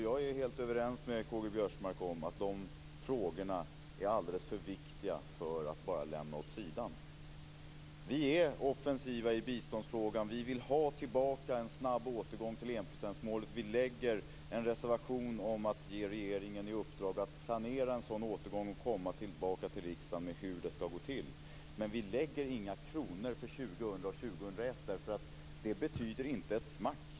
Jag är helt överens med K-G Biörsmark om att de frågorna är alldeles för viktiga för att bara lämna åt sidan. Vi är offensiva i biståndsfrågan. Vi vill ha en snabb återgång till enprocentsmålet, och vi lägger fram en reservation om att ge regeringen i uppdrag att planera en sådan återgång och komma tillbaka till riksdagen med hur det skall gå till. Men vi lägger inte fram förslag om antal kronor för 2000 och 2001, därför att det betyder inte ett smack.